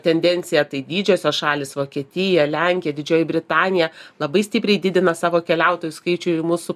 tendenciją tai didžiosios šalys vokietija lenkija didžioji britanija labai stipriai didina savo keliautojų skaičiui į mūsų